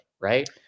right